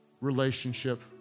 relationship